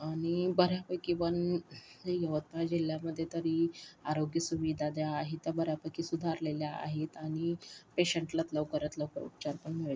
आणि बऱ्यापैकी पण यवतमाळ जिल्ह्यामध्ये तरी आरोग्यसुविधा ज्या आहेत त्या बऱ्यापैकी सुधारलेल्या आहेत आणि पेशंटला लवकरात लवकर उपचार पण मिळतो